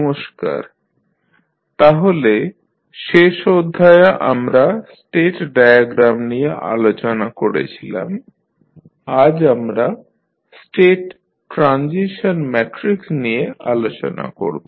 নমস্কার তাহলে শেষ অধ্যায়ে আমরা স্টেট ডায়াগ্রাম নিয়ে আলোচনা করছিলাম আজ আমরা স্টেট ট্রানজিশন ম্যাট্রিক্স নিয়ে আলোচনা করব